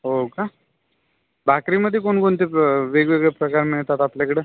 हो का भाकरीमध्ये कोण कोणते प वेगवेगळे प्रकार मिळतात आपल्याकडं